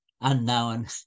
unknown